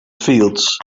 fields